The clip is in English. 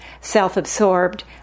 self-absorbed